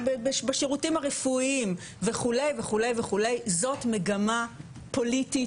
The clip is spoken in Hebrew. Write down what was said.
בשירותים הרפואיים וכו', זאת מגמה פוליטית.